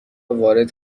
وارد